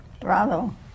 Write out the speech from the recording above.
Bravo